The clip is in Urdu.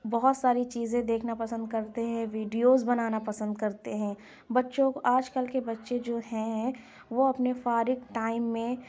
بہت ساری چیزیں دیکھنا پسند کرتے ہیں ویڈیوز بنانا پسند کرتے ہیں بچوں کو آج کل کے بچے جو ہیں وہ اپنے فارغ ٹائم میں